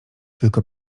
tylko